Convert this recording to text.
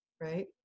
right